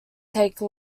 take